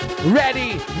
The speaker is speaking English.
Ready